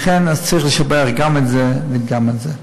לכן צריך לשבח גם את זה וגם את זה.